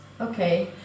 okay